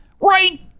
Right